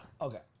okay